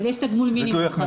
יש תגמול מינימום.